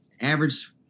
average